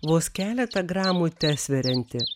vos keletą gramų tesverianti